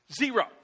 Zero